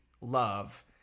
love